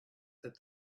that